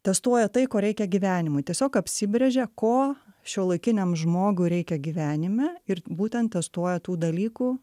testuoja tai ko reikia gyvenimui tiesiog apsibrėžia ko šiuolaikiniam žmogui reikia gyvenime ir būtent testuoja tų dalykų